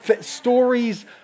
stories